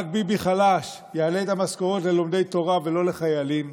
רק ביבי חלש יעלה את המשכורות ללומדי תורה ולא לחיילים,